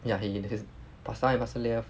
ya he and his pastor ah pastor lia